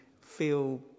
feel